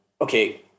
Okay